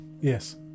Yes